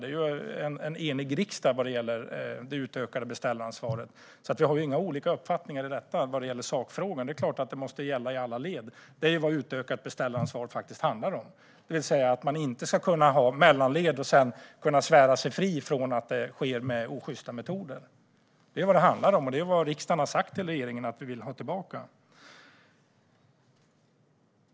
Det är en enig riksdag vad gäller det utökade beställaransvaret, så vi har inga olika uppfattningar i sakfrågan. Det är klart att det måste gälla i alla led. Det är vad utökat beställaransvar faktiskt handlar om: Man ska inte kunna ha mellanled och sedan svära sig fri från att det sker med osjysta metoder. Det här är vad riksdagen har sagt till regeringen att vi vill ha tillbaka.